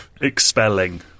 expelling